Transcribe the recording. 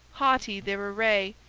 haughty their array,